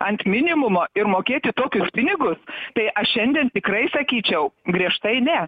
ant minimumo ir mokėti tokius pinigus tai aš šiandien tikrai sakyčiau griežtai ne